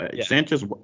Sanchez